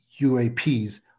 UAPs